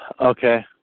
Okay